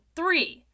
three